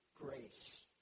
grace